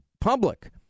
public